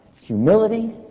Humility